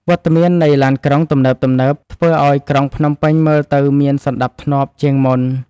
វត្តមាននៃឡានក្រុងទំនើបៗធ្វើឱ្យក្រុងភ្នំពេញមើលទៅមានសណ្ដាប់ធ្នាប់ជាងមុន។